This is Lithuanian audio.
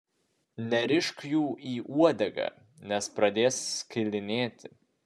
nerišk jų į uodegą nes pradės skilinėti